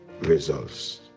results